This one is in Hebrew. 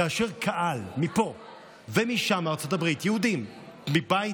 כאשר קהל מפה ומשם, מארצות הברית, יהודים מבית